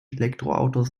elektroautos